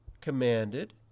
commanded